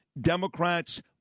Democrats